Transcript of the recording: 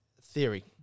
theory